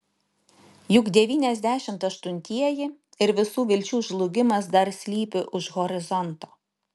juk devyniasdešimt aštuntieji ir visų vilčių žlugimas dar slypi už horizonto